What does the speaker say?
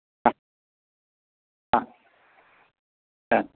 हा हा हा